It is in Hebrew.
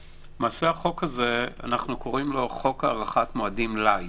החוק הזה אנו קוראים לו חוק הארכת מועדים לייט,